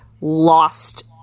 lost